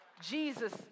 Jesus